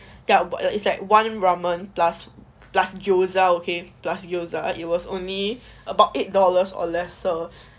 ya it's like one ramen plus plus gyoza okay plus gyoza it was only about eight dollars or lesser